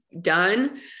done